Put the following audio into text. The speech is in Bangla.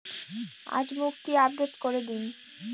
আজ মুক্তি আপডেট করে দিন